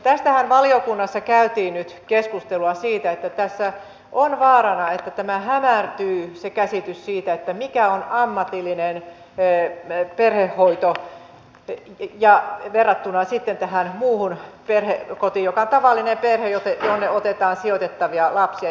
tästähän valiokunnassa käytiin keskustelua että tässä on vaarana että hämärtyy käsitys siitä mikä on ammatillinen perhehoito verrattuna sitten tähän muuhun perhekotiin joka on tavallinen perhe jonne otetaan sijoitettavia lapsia